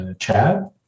Chad